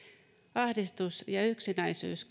ahdistus ja yksinäisyys